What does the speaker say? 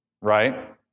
right